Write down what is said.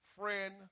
friend